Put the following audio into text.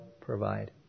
provide